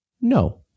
No